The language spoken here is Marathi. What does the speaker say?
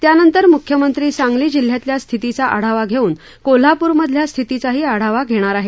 त्यांनतर मुख्यमंत्री सांगली जिल्ह्यातल्या स्थितीचा आढावा घेऊन कोल्हापूरमधल्या स्थितीचाही आढावा घेणार आहेत